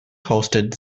hosted